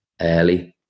early